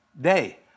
day